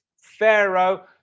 Pharaoh